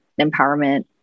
empowerment